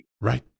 Right